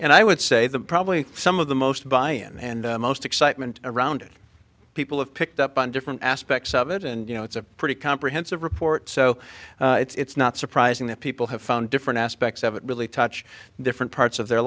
and i would say the probably some of the most by and most excitement around it people have picked up on different aspects of it and you know it's a pretty comprehensive report so it's not surprising that people have found different aspects of it really touch different parts of their